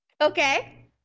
okay